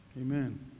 Amen